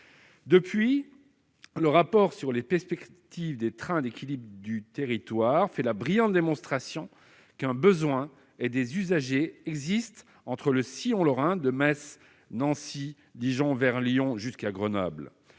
depuis le rapport sur les perspectives des trains d'équilibre du territoire fait la brillante démonstration qu'un besoin et des usagers existe entre le si on lorrain de Metz, Nancy, Dijon vers Lyon jusqu'à Grenoble